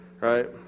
Right